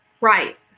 Right